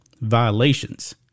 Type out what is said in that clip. violations